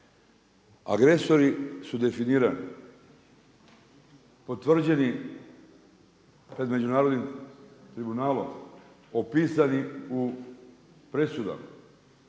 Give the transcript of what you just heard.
Agresori su definirani, potvrđeni pred međunarodnim tribunalom opisanim u presudama.